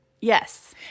Yes